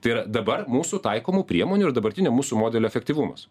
tai yra dabar mūsų taikomų priemonių ir dabartinio mūsų modelio efektyvumas